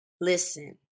listen